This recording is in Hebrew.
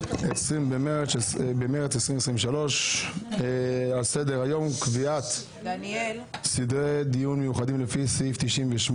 20 במרס 2023. על סדר היום קביעת סדרי דיון מיוחדים לפי סעיף 98